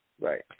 Right